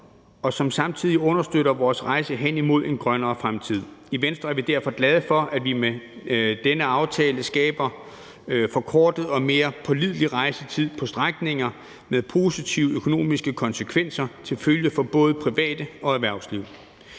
og som samtidig understøtter vores rejse hen imod en grønnere fremtid. I Venstre er vi derfor glade for, at vi med denne aftale skaber forkortet og mere pålidelig rejsetid på strækninger med positive økonomiske konsekvenser til følge for både private og erhvervsliv.